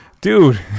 Dude